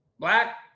Black